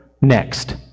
next